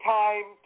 time